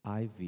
IV